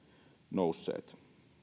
nousseet